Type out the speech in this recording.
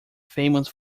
famous